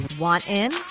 want in?